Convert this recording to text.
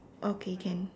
okay can